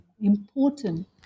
important